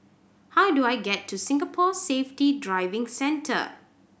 how do I get to Singapore Safety Driving Centre